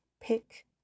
Pick